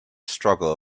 struggle